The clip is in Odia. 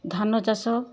ଧାନ ଚାଷ